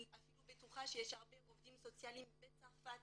אפילו בטוחה שיש הרבה עובדים סוציאליים יהודים בצרפת